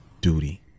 duty